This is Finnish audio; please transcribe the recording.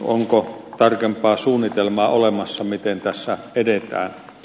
onko tarkempaa suunnitelmaa olemassa miten tässä edetään